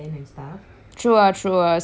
true ah true ah same here